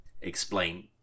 explain